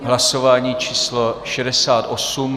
Hlasování číslo 68.